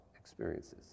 experiences